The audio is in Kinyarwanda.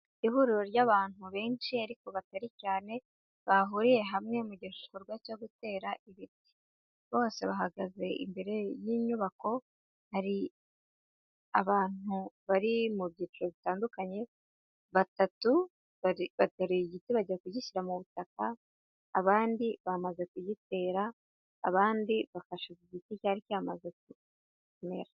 Ihuriro ry'abantu benshi ariko batari cyane, bahuriye hamwe mu gikorwa cyo gutera ibiti, bose bahagaze imbere y'inyubako, hari abantu bari mu byiciro bitandukanye : batatu bateruye igiti bajya kugishyira mu butaka, abandi bamaze kugitera, abandi bafashe igiti cyari cyamaze kumera.